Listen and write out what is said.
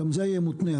גם זה יהיה מותנה?